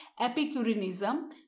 epicureanism